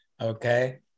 Okay